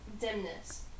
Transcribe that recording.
dimness